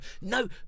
no